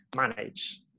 manage